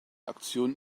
aktion